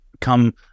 come